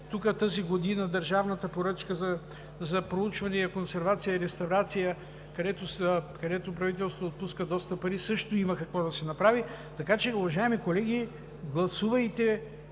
Тази година, държавната поръчка за проучвания, консервация и реставрация, където правителството отпуска доста пари, също има какво да се направи. Така че, уважаеми колеги, гласувайте